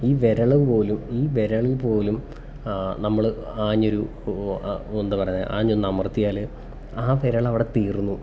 ഈ വിരൽ പോലും ഈ വിരൽ പോലും നമ്മൾ ആഞ്ഞൊരു എന്താ പറയുന്നത് ആഞ്ഞൊന്നമർത്തിയാൽ ആ വിരലവിടെ തീർന്നു